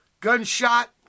Gunshot